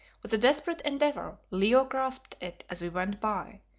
with a desperate endeavour, leo grasped it as we went by,